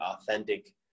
authentic